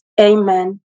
Amen